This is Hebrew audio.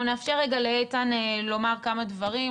אנחנו עכשיו נאפשר לאיתן לומר כמה דברים,